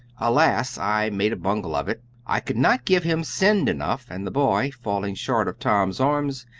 alas! i made a bungle of it. i could not give him send enough, and the boy, falling short of tom's arms,